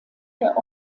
der